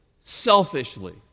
selfishly